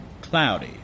Cloudy